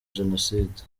jenoside